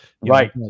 Right